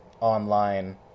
online